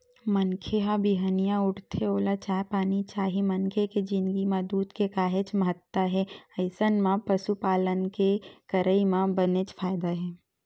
मनखे ह बिहनिया उठथे ओला चाय पानी चाही मनखे के जिनगी म दूद के काहेच महत्ता हे अइसन म पसुपालन के करई म बनेच फायदा हे